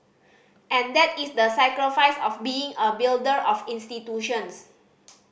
and that is the sacrifice of being a builder of institutions